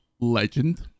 legend